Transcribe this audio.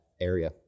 area